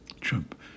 Trump